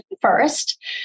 First